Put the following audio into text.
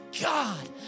God